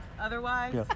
otherwise